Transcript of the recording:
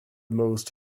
most